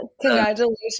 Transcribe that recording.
Congratulations